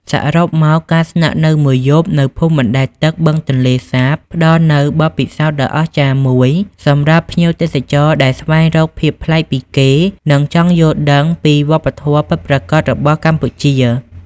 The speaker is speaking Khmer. សរុបមក ការស្នាក់នៅមួយយប់នៅភូមិបណ្ដែតទឹកបឹងទន្លេសាបផ្ដល់នូវបទពិសោធន៍ដ៏អស្ចារ្យមួយសម្រាប់ភ្ញៀវទេសចរដែលស្វែងរកភាពប្លែកពីគេ និងចង់យល់ដឹងពីវប្បធម៌ពិតប្រាកដរបស់កម្ពុជា។